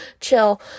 chill